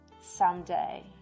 someday